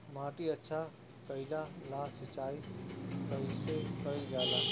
माटी अच्छा कइला ला सिंचाई कइसे कइल जाला?